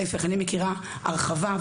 להיפך, אני מכירה הרחבה.